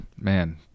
Man